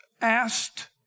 asked